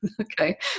Okay